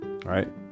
Right